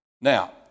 Now